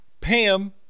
Pam